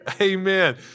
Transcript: Amen